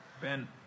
Ben